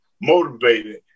motivated